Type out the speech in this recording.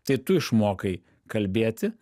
tai tu išmokai kalbėti